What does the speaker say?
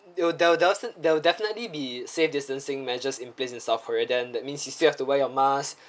you'll def~ def~ def~ definitely be safe distancing measures in place in south korea then that means you still have to wear your mask